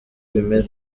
bimera